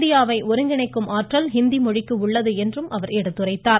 இந்தியாவை ஒருங்கிணைக்கும் ஆற்றல் ஹிந்தி மொழிக்கு உள்ளது என்றும் அவர் எடுத்துரைத்தார்